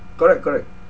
correct correct